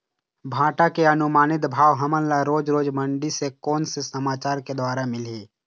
भांटा के अनुमानित भाव हमन ला रोज रोज मंडी से कोन से समाचार के द्वारा मिलही?